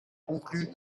concluent